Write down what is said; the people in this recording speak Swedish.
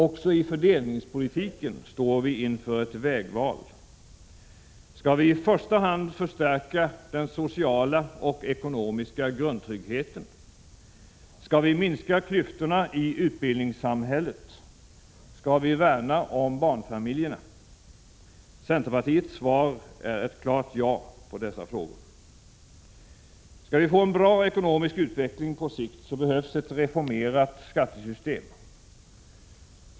Också i fördelningspolitiken står vi inför ett vägval: Skall vi i första hand förstärka den sociala och ekonomiska grundtryggheten? Skall vi minska klyftorna i utbildningssamhället? Skall vi värna om barnfamiljerna? Centerpartiets svar på dessa frågor är ett klart ja. Skall vi få en bra ekonomisk utveckling på sikt behövs ett reformerat skattesystem.